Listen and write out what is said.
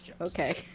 Okay